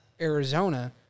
Arizona